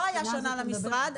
לא הייתה שנה למשרד,